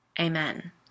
Amen